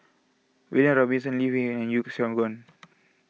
William Robinson Lee Wei and Yeo Siak Goon